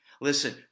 Listen